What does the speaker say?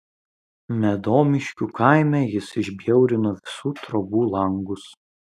medomiškių kaime jis išbjaurino visų trobų langus